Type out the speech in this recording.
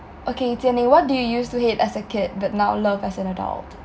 okay Jian-Ning what do you used to hate as a kid but now love as an adult